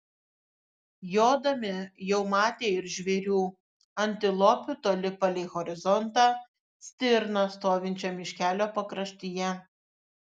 jodami jau matė ir žvėrių antilopių toli palei horizontą stirną stovinčią miškelio pakraštyje